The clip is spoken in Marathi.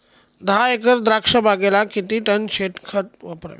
दहा एकर द्राक्षबागेला किती टन शेणखत वापरावे?